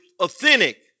authentic